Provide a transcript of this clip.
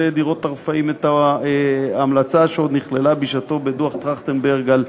דירות הרפאים שעוד נכללה בשעתו בדוח טרכטנברג על